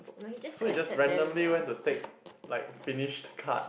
so you just randomly went to take like finished card